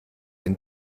den